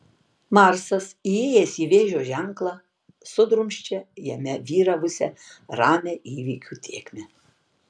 marsas įėjęs į vėžio ženklą sudrumsčia jame vyravusią ramią įvykių tėkmę